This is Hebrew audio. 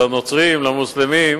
לנוצרים, למוסלמים,